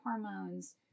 hormones